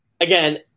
again